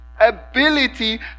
ability